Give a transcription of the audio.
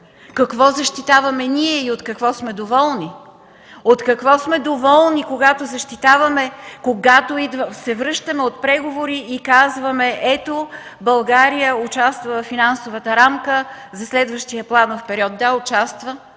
Какво защитаваме ние и от какво сме доволни?! От какво сме доволни, когато защитаваме и се връщаме от преговори, казвайки: „Ето, България участва във финансовата рамка за следващия финансов период”. Да, участва,